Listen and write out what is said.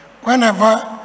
Whenever